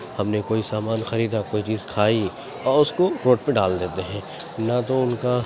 ہم نے کوئی سامان خریدا کوئی چیز کھائی اور اس کو روڈ پہ ڈال دیتے ہیں نہ تو ان کا